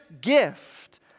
gift